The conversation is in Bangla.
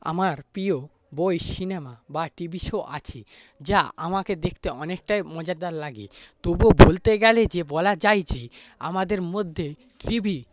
আমার প্রিয় বই সিনেমা বা টিভি শো আছে যা আমাকে দেখতে অনেকটাই মজাদার লাগে তবুও বলতে গেলে যে বলা যায় যে আমাদের মধ্যে টিভি